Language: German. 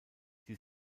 die